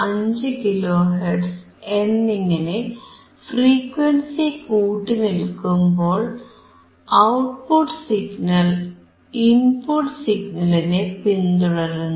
5 kilo hertz എന്നിങ്ങനെ frequency കൂട്ടിനൽകുമ്പോൾ output signal input സിഗ്നലിനെ പിന്തുടരുന്നു